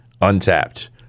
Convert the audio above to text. Untapped